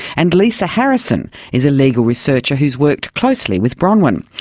and lisa harrison is a legal researcher who's worked closely with bronwyn.